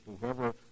Whoever